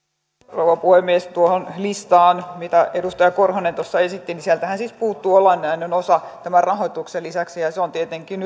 rouva puhemies tuosta listastahan mitä edustaja korhonen tuossa esitti siis puuttuu olennainen osa tämän rahoituksen lisäksi ja ja se on tietenkin